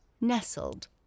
nestled